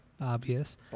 Obvious